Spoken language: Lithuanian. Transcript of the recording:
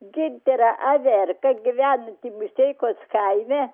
gintarą averką gyvenantį musteikos kaime